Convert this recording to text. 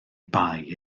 bai